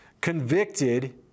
convicted